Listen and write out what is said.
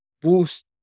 boost